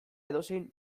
edozein